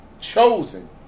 chosen